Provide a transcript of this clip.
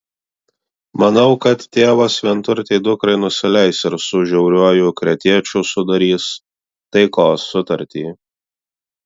manau kad tėvas vienturtei dukrai nusileis ir su žiauriuoju kretiečiu sudarys taikos sutartį